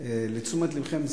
לתשומת לבכם,